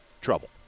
trouble